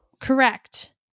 Correct